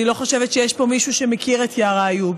אני לא חושבת שיש פה מישהו שמכיר את יארא איוב.